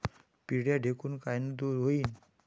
पिढ्या ढेकूण कायनं दूर होईन?